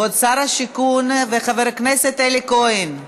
כבוד שר השיכון וחבר הכנסת אלי כהן,